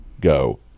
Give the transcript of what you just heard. go